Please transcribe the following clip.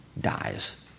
dies